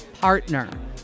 Partner